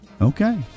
Okay